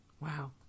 wow